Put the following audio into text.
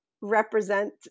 Represent